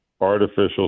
artificial